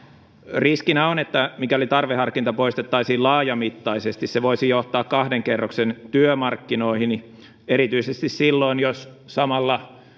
riskinä on että mikäli tarveharkinta poistettaisiin laajamittaisesti se voisi johtaa kahden kerroksen työmarkkinoihin erityisesti silloin jos samalla